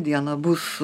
dieną bus